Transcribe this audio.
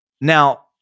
Now